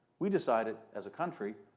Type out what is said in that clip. we decided as a country,